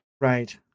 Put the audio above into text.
Right